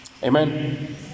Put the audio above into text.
Amen